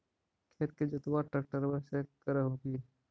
खेत के जोतबा ट्रकटर्बे से कर हू की?